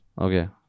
Okay